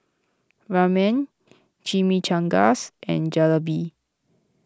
Ramen Chimichangas and Jalebi